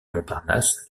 montparnasse